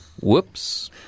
Whoops